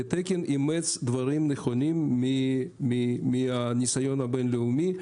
כי התקן אימץ דברים נכונים מהניסיון הבין-לאומי.